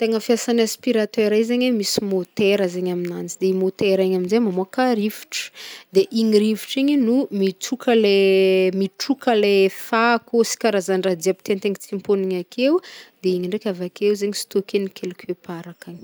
Tegna fiasan'ny aspiratera i zegny, misy motera zegny aminanjy, igny motera igny amzay mamoaka rivotry, de igny rivotry igny no mitsoka le- mitroka le fako sy karazandraha jiaby tiantegna tsimpognina akeo, de igny ndraiky avake zegny stokeny quelque part ankagny.